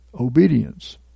obedience